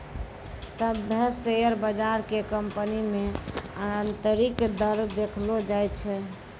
सभ्भे शेयर बजार के कंपनी मे आन्तरिक दर देखैलो जाय छै